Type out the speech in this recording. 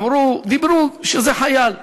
אמרו שזה חייל.